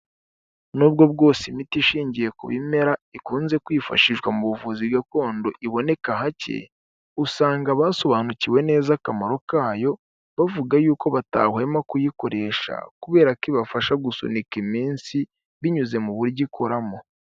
N'ubwo bwose imiti ishingiye ku bimera ikunze kwifashishwa mu buvuzi gakondo iboneka hake, usanga basobanukiwe neza akamaro kayo bavuga yuko batahwema kuyikoresha kubera ko ibabafasha gusunika iminsi binyuze mu buryo ikoramo.